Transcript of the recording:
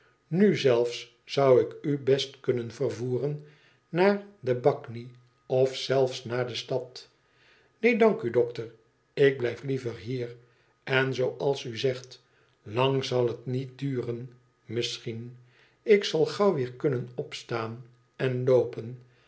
nu zelfe zoii ik u best kunnen vervoeren naar de bagm of zelfs naardestad neen dank u dokter ik blijf liever hier en zoo als u zegt lang zal het niet duren misschien ik zal gauw weer kunnen opstaan en loopen